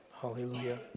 Hallelujah